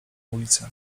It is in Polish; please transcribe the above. ulicę